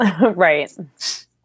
Right